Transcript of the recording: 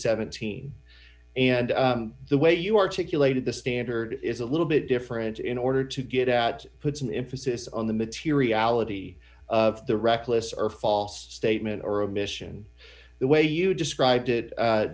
seventeen and the way you articulated the standard is a little bit different in order to get at puts an emphasis on the materiality of the reckless or false statement or admission the way you described it